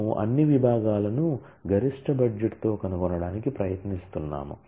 మనము అన్ని విభాగాలను గరిష్ట బడ్జెట్తో కనుగొనడానికి ప్రయత్నిస్తున్నాము